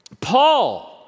Paul